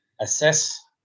assess